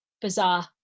bizarre